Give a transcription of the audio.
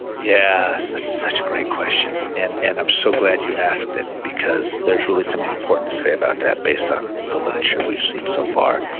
yeah, that's such a great question and and i'm so glad you asked it, because there's really something important to say about that based on the literature we've seen so far.